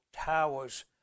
towers